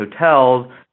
Hotels